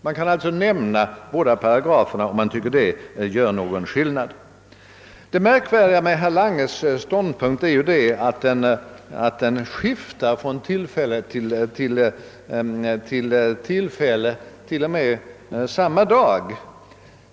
Man kan alltså nämna båda paragraferna om man anser att det gör någon skillnad. Det märkvärdiga med herr Langes ståndpunkt är att den skiftar från tillfälle till tillfälle, ibland t.o.m. under samma dag.